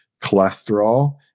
cholesterol